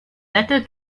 letter